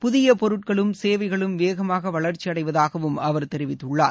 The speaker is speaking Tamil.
புதிய பொருட்களும் சேவைகளும் வேகமாக வளர்ச்சி அடைவதாகவும் அவர் தெரிவித்துள்ளார்